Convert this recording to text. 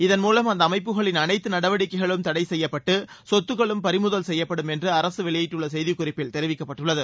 இதன் மூலம் அந்த அமைப்புகளின் அனைத்து நடவடிக்கைகளும் தடை செய்யப்பட்டு சொத்துகளும் பறிமுதல் செய்யப்படும் என்று அரசு வெளியிட்டுள்ள செய்திக்குறிப்பில் தெரிவிக்கப்பட்டுள்ளது